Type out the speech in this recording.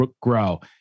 grow